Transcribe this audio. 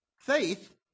Faith